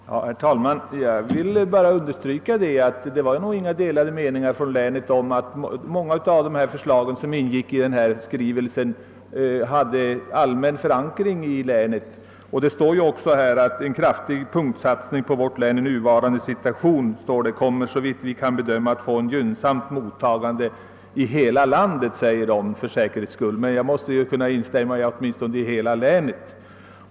Herr talman! Jag vill bara understryka att det inte rådde några delade meningar inom länet om nyttan av de förslag som gjordes i skrivelsen. De hade allmän förankring i länet. I skrivelsen sades bl.a.: »En kraftig punktsatsning på vårt län i nuvarande situation kommer, såvitt vi kan bedöma, att få ett gynnsamt mottagande i hela landet.» Jag tror att en sådan satsning i varje fall kommer att få ett gynnsamt mottagande i hela länet.